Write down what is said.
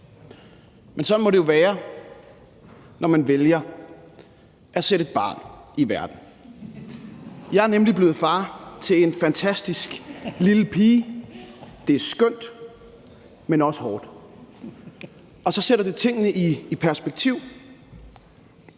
Men sådan må det jo være, når man vælger at sætte et barn i verden. Jeg er nemlig blevet far til en fantastisk lille pige. Det er skønt, men også hårdt. Og så sætter det tingene i perspektiv.